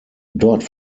dort